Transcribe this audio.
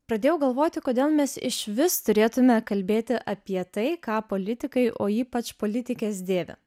pradėjau galvoti kodėl mes išvis turėtume kalbėti apie tai ką politikai o ypač politikės dėvi